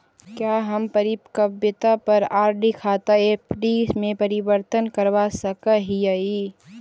क्या हम परिपक्वता पर आर.डी खाता एफ.डी में परिवर्तित करवा सकअ हियई